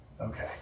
Okay